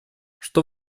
что